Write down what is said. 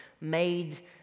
made